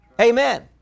Amen